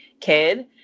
kid